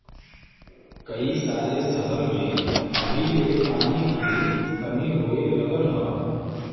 कई सारे सहर में अभी ले पानी के कमी होए लगल हौ